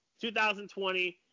2020